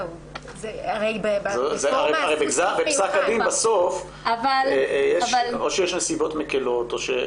הרי בפסק הדין או שיש נסיבות מקלות.